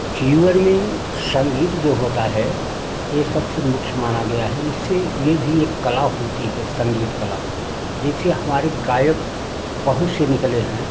जीवन में संगीत जो होता है यह सबसे मुख्य माना गया है इससे यह भी एक कला होती है संगीत कला जैसे हमारे गायक बहुत से निकले हैं